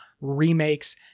remakes